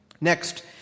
Next